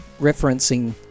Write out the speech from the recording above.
referencing